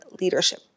leadership